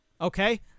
Okay